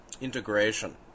integration